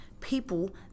people